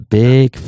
big